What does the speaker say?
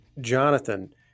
Jonathan